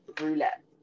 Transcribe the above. roulette